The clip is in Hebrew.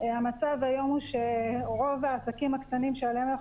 המצב היום הוא שרוב העסקים הקטנים שעליהם אנחנו